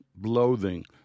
loathing